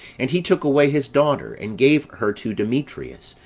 and he took away his daughter, and gave her to demetrius,